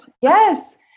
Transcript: Yes